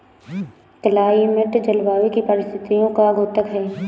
climate जलवायु की परिस्थितियों का द्योतक है